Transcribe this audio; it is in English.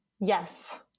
Yes